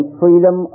freedom